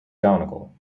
donegal